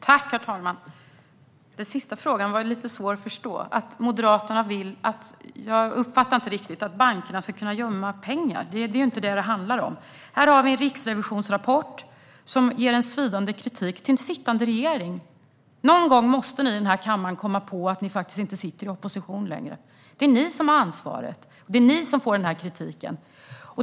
Herr talman! Den sista frågan var svår att förstå. Jag uppfattade inte riktigt vad som sas. Skulle Moderaterna vilja att bankerna ska kunna gömma pengar? Det handlar inte om det. Vi har fått en rapport från Riksrevisionen där svidande kritik framförs till sittande regering. Någon gång måste ni här i kammaren förstå att ni inte längre sitter i opposition. Det är ni som har ansvar och som får kritik.